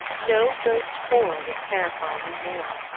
no ghost horror would terrify you more.